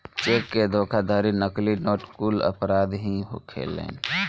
check के धोखाधड़ी, नकली नोट कुल अपराध ही होखेलेन